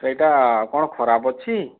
ସେଇଟା କ'ଣ ଖରାପ ଅଛି